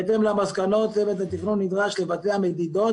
בהתאם למסקנות צוות התכנון נדרש לבצע מדידות